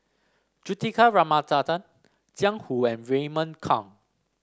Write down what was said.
Juthika Ramanathan Jiang Hu and Raymond Kang